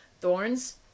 Thorns